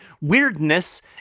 weirdness